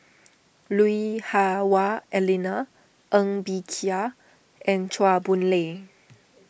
Lui Hah Wah Elena Ng Bee Kia and Chua Boon Lay